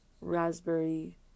raspberry